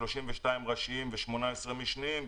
32 ראשיים ו-18 משניים,